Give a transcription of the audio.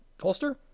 holster